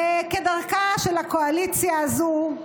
והדגיש, כדרכה של הקואליציה הזאת,